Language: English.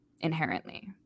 inherently